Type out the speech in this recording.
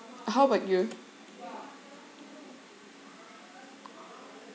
how about you